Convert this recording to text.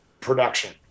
production